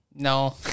No